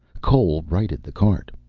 cole righted the cart,